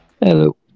Hello